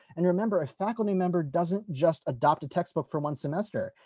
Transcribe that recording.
and remember, a faculty member doesn't just adopt a text book for one semester.